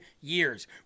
years